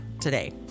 today